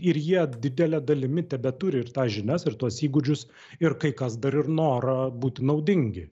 ir jie didele dalimi tebeturi ir tas žinias ir tuos įgūdžius ir kai kas dar ir norą būti naudingi